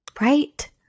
Right